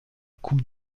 coupe